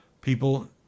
people